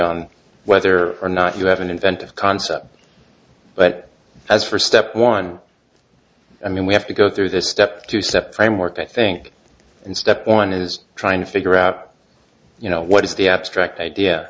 on whether or not you have an inventive concept but as for step one i mean we have to go through this step two step framework i think and step one is trying to figure out you know what is the abstract idea